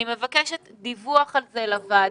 אני מבקשת דיווח על זה לוועדה,